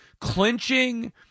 clinching